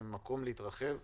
שאחרי